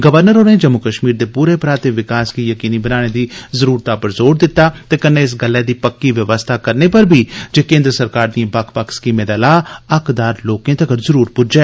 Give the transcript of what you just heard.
governor होरें जम्मू कश्मीर दे पूरे पराते विकास गी यकीनी बनाने दी जरुरतै पर जोर दिता ते कन्नै इस गल्लै दी बी पक्की व्यवस्था करने पर बी जे केन्द्र सरकार दियें बक्ख बक्ख स्कीमें दा लाह हकदार लोकें तगर जरुर प्ज्जै